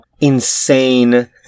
insane